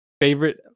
favorite